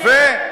יפה?